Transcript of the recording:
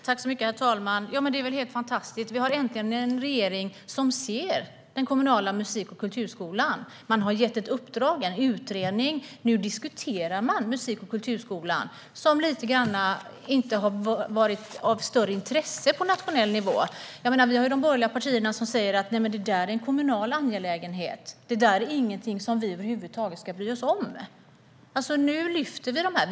Herr talman! Ja, men det är väl helt fantastiskt. Vi har äntligen en regering som ser den kommunala musik och kulturskolan. Man har gett ett uppdrag till en utredning. Nu diskuterar man musik och kulturskolan, som inte har varit av något större intresse på nationell nivå. Vi har de borgerliga partierna som säger: Nej, men det är en kommunal angelägenhet. Det är ingenting som vi över huvud taget ska bry oss om. Nu lyfter vi fram detta.